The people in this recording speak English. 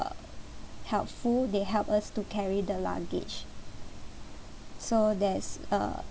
helpful they helped us to carry the luggage so there's uh